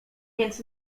więc